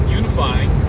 unifying